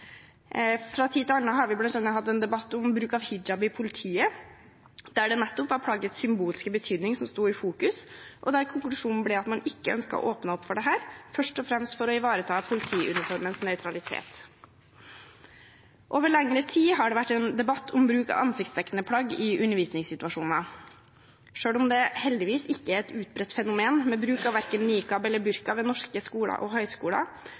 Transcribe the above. Fra tid til annen har vi bl.a. hatt en debatt om bruk av hijab i politiet, der det nettopp var plaggets symbolske betydning som sto i fokus, og der konklusjonen ble at man ikke ønsket å åpne opp for dette, først og fremst for å ivareta politiuniformens nøytralitet. Over lengre tid har det vært en debatt om bruk av ansiktsdekkende plagg i undervisningssituasjoner. Selv om det heldigvis ikke er et utbredt fenomen med bruk av verken nikab eller burka ved norske skoler og høyskoler,